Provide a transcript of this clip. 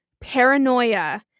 paranoia